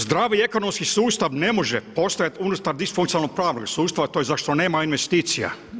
Zdravi ekonomski sustav ne može postojati unutar disfunkcionalnog … sustava, to je zašto nema investicija.